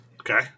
Okay